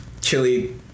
chili